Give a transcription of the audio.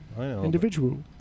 Individual